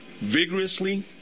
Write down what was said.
vigorously